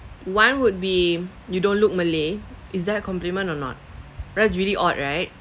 one would be you don't look malay is that a compliment or not that's really odd right